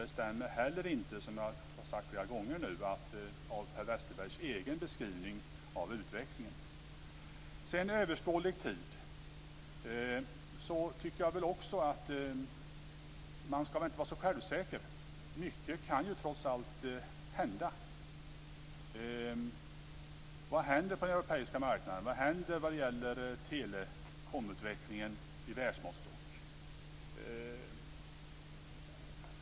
Det stämmer inte heller - som jag har sagt flera gånger - med Per Westerbergs egen beskrivning av utvecklingen. Sedan var det frågan om överskådlig tid. Man ska inte vara så självsäker. Mycket kan trots allt hända. Vad händer på den europeiska marknaden? Vad händer vad gäller telekomutvecklingen i världsmåttstock?